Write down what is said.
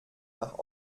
nach